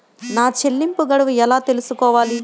నా చెల్లింపు గడువు ఎలా తెలుసుకోవాలి?